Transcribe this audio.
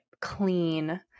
clean